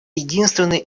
единственный